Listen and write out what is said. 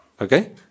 okay